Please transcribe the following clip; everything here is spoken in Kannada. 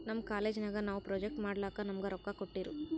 ನಮ್ ಕಾಲೇಜ್ ನಾಗ್ ನಾವು ಪ್ರೊಜೆಕ್ಟ್ ಮಾಡ್ಲಕ್ ನಮುಗಾ ರೊಕ್ಕಾ ಕೋಟ್ಟಿರು